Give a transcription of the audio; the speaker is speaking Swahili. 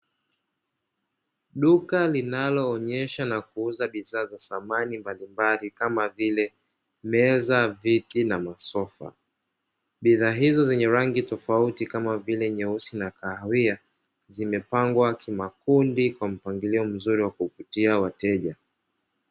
Duka linaloonesha na kuuza bidhaa za samani mbalimbali kama vile meza, viti na masofa. Bidhaa hizo zenye rangi tofauti kama vile nyeusi na kahawia, zimepangwa kimakundi kwa mpangilio mzuri wa kuvutia wateja.